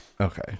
Okay